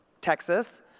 Texas